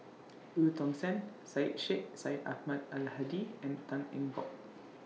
EU Tong Sen Syed Sheikh Syed Ahmad Al Hadi and Tan Eng Bock